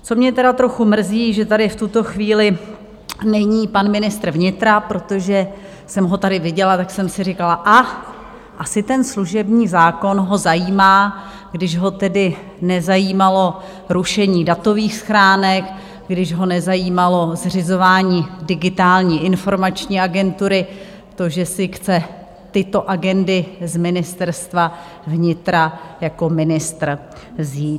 Co mě tedy trochu mrzí, že tady v tuto chvíli není pan ministr vnitra, protože jsem ho tady viděla, tak jsem si říkala: Asi ten služební zákon ho zajímá, když ho tedy nezajímalo rušení datových schránek, když ho nezajímalo zřizování Digitální informační agentury, to, že si chce tyto agendy z Ministerstva vnitra jako ministr vzít.